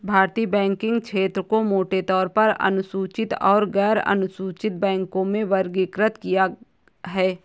भारतीय बैंकिंग क्षेत्र को मोटे तौर पर अनुसूचित और गैरअनुसूचित बैंकों में वर्गीकृत किया है